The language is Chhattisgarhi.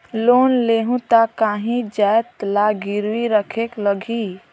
लोन लेहूं ता काहीं जाएत ला गिरवी रखेक लगही?